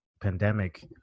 pandemic